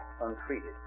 untreated